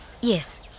Yes